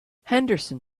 henderson